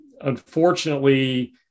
unfortunately